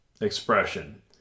expression